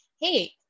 hey